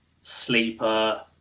sleeper